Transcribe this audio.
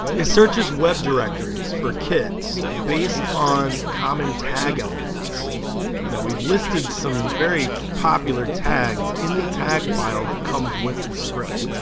it searches web directories for kids based on common tag elements now we've listed some very popular tags in the tag file that comes with the script